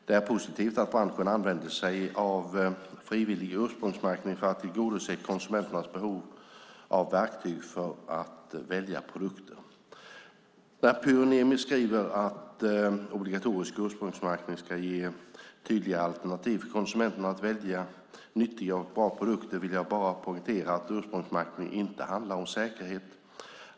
Det är positivt att branschen använder sig av frivillig ursprungsmärkning för att tillgodose konsumentens behov av verktyg för att välja produkter. När Pyry Niemi skriver att obligatorisk ursprungsmärkning ska ge tydligare alternativ för konsumenterna att välja nyttiga och bra produkter vill jag bara poängtera att ursprungsmärkning inte handlar om säkerhet.